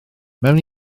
mewn